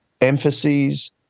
emphases